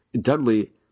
Dudley